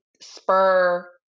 spur